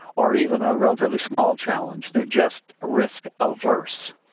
or even a relatively small challenge. they are just risk averse.